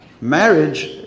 Marriage